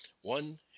One